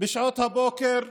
בשעות הבוקר,